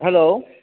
hello